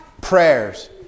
prayers